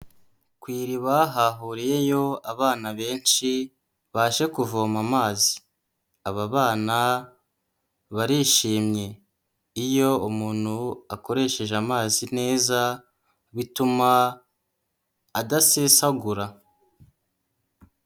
Ku iriba hahuriyeyo abana benshi baje kuvoma amazi, aba bana barishimye, iyo umuntu akoresheje amazi neza bituma adasesagura.